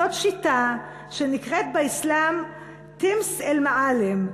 זאת שיטה שנקראת באסלאם "טַמס אל-מעאלם",